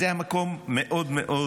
זה היה מקום מאוד מאוד